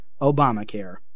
Obamacare